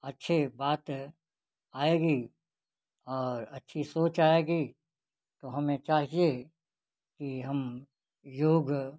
अच्छी बात आएगी और अच्छी सोच आएगी तो हमें चाहिए कि हम योग